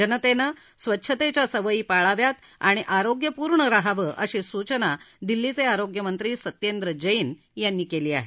जनतेनं स्वच्छतेच्या सवयी पाळाव्यात आणि आरोग्यपूर्ण रहावं अशी सूचना दिल्लीचे आरोग्यमंत्री सत्येंद्र जैन यांनी केली आहे